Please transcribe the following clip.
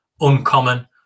uncommon